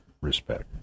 respect